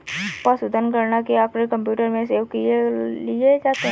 पशुधन गणना के आँकड़े कंप्यूटर में सेव कर लिए जाते हैं